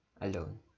alone